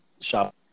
shop